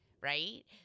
right